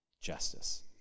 justice